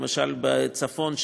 למשל בצפון,